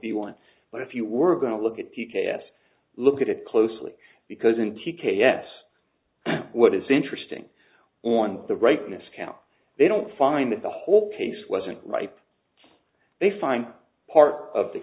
be one but if you were going to look at t p s look at it closely because in t k yes what is interesting on the rightness count they don't find that the whole case wasn't ripe they find part of the